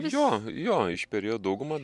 jo jo išperėjo daugumą